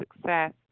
success